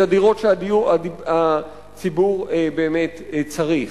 את הדירות שהציבור באמת צריך.